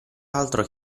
altro